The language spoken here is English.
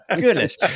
goodness